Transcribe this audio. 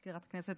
מזכירת הכנסת,